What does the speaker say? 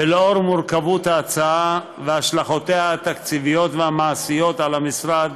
ולאור מורכבות ההצעה והשלכותיה התקציביות והמעשיות על המשרד